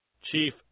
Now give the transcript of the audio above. Chief